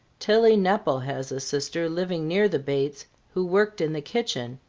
tilly nepple has a sister, living near the bates, who worked in the kitchen.